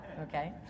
Okay